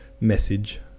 message